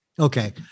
Okay